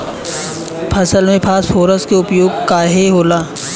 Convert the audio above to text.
फसल में फास्फोरस के उपयोग काहे होला?